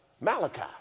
Malachi